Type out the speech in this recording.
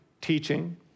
teaching